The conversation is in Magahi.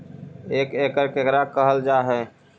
एक एकड़ केकरा कहल जा हइ?